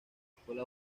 escuela